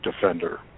Defender